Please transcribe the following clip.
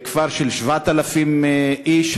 כפר של 7,000 איש,